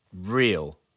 real